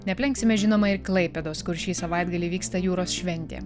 neaplenksime žinoma ir klaipėdos kur šį savaitgalį vyksta jūros šventė